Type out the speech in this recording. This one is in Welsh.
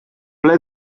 ble